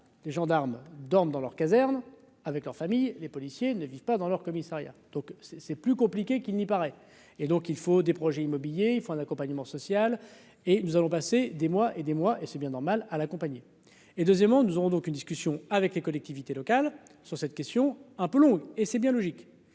les gendarmes dorment dans leur caserne, avec leur famille, les policiers ne vivent pas dans leur commissariat, donc c'est c'est plus compliqué qu'il n'y paraît, et donc il faut des projets immobiliers, il faut un accompagnement social et nous allons passer des mois et des mois, et c'est bien normal à l'accompagner. Et deuxièmement, nous aurons donc une discussion avec les collectivités locales sur cette question un peu long et c'est bien logique.